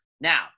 Now